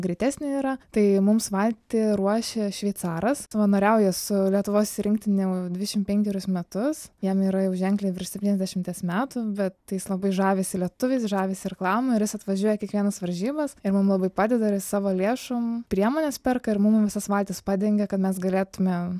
greitesnė yra tai mums valtį ruošia šveicaras savanoriauja su lietuvos rinktine jau dvidešim penkerius metus jam yra jau ženkliai virš septyniasdešimties metų bet tai jis labai žavisi lietuviais žavisi irklavimu ir jis atvažiuoja į kiekvienas varžybas ir mum labai padeda ir jis savo lėšom priemones perka ir mum visas valtis padengia kad mes galėtume